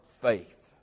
faith